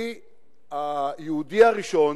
אני היהודי הראשון,